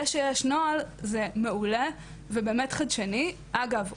זה שיש נוהל זה מעולה ובאמת חדשני ואגב,